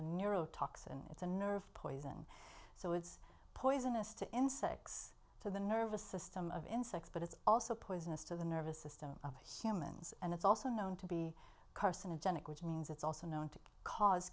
toxin it's a nerve poison so it's poisonous to insects to the nervous system of insects but it's also poisonous to the nervous system of humans and it's also known to be carcinogenic which means it's also known to cause